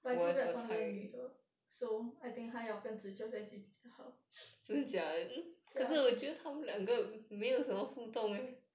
but I feel bad for 那个女的 so I think 她要跟 zi qiu 在一起比较好 ya